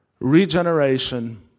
regeneration